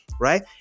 right